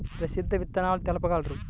ప్రసిద్ధ విత్తనాలు తెలుపగలరు?